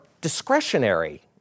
discretionary